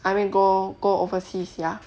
I mean go go overseas ya